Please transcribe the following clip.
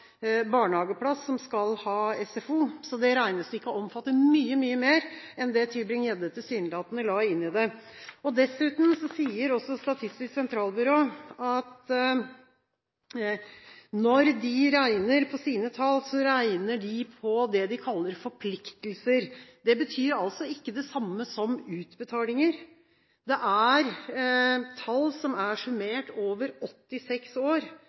barnehageplass, som skal ha SFO, så det regnestykket omfatter mye, mye mer enn det Tybring-Gjedde tilsynelatende la inn i det. Dessuten sier Statistisk sentralbyrå at når de regner på sine tall, regner de på det de kaller forpliktelser. Det betyr altså ikke det samme som utbetalinger. Det er tall som er summert over 86 år.